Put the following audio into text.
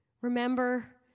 remember